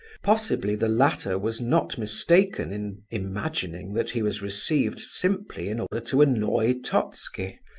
possibly the latter was not mistaken in imagining that he was received simply in order to annoy totski,